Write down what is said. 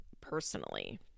personally